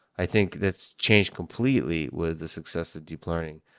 i think that's changed completely with the success of deep learning.